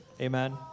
Amen